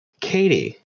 Katie